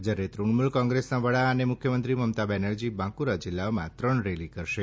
જ્યારે તૃણમૂલ કોંગ્રેસના વડા અને મુખ્યમંત્રી મમતા બેનરજી બાંકુરા જિલ્લામાં ત્રણ રેલી કરશે